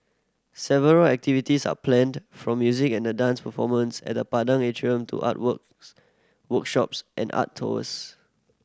several activities are planned from music and dance performances at the Padang Atrium to art works workshops and art tours